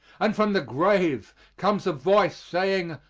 and from the grave comes a voice, saying,